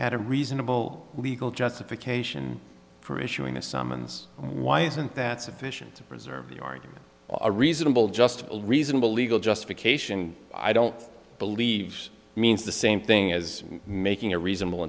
had a reasonable legal justification for issuing a summons why isn't that sufficient to preserve the argument a reasonable just reasonable legal justification i don't believe means the same thing as making a reasonable